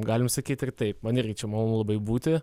galim sakyt ir taip man irgi čia malonu labai būti